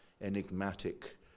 enigmatic